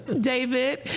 David